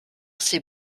ses